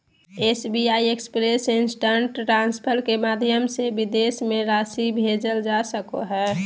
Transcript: SBI express instant transfer के माध्यम से विदेश में राशि भेजल जा सको हइ